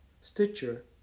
Stitcher